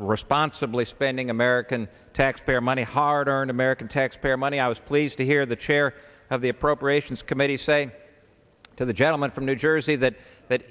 responsibly spending american taxpayer money hard earned american taxpayer money i was pleased to hear the chair of the appropriations committee say to the gentleman from new jersey that that